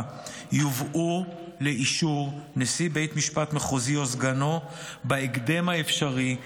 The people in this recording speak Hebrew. יובאו לאישור נשיא בית משפט מחוזי או סגנו בהקדם האפשרי,